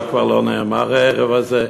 מה כבר לא נאמר הערב הזה?